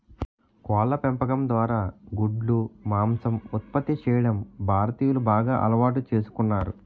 కోళ్ళ పెంపకం ద్వారా గుడ్లు, మాంసం ఉత్పత్తి చేయడం భారతీయులు బాగా అలవాటు చేసుకున్నారు